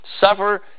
suffer